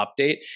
update